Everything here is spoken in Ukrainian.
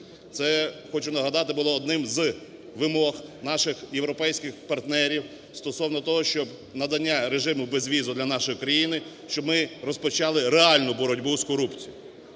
Це , хочу нагадати, було одним з вимог наших європейський партнерів стосовно того, щоб надання режиму безвізу для нашої країни, щоб ми розпочали реальну боротьбу з корупцією.